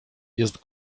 jest